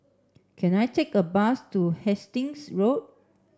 can I take a bus to Hastings Road